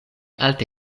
alte